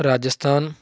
Rajasthan